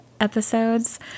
episodes